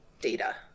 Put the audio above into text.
data